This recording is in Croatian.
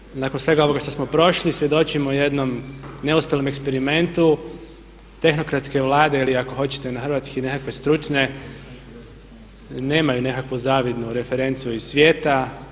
Što reći nakon svega ovog što smo prošli, svjedočimo jednom neuspjelom eksperimentu tehnokratske Vlade ili ako hoćete na hrvatski nekakve stručne, nemaju nekakvu zavidnu referencu iz svijeta.